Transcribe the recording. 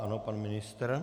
Ano, pan ministr.